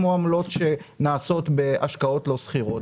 כמו עמלות שנעשות בהשקעות לא סחירות.